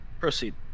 proceed